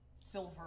silver